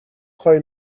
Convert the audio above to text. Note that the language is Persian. خوای